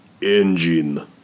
Engine